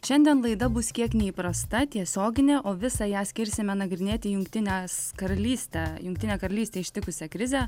šiandien laida bus kiek neįprasta tiesioginė o visą ją skirsime nagrinėti jungtinę karalystę jungtinę karalystę ištikusią krizę